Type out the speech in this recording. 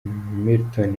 milton